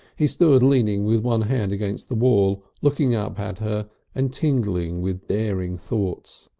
he stood leaning with one hand against the wall, looking up at her and tingling with daring thoughts.